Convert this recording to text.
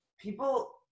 people